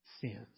sins